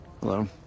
Hello